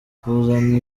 kuzana